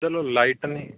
ਚਲੋ ਲਾਈਟ ਨਹੀਂ